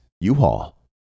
U-Haul